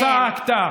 צעקת,